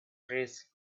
trays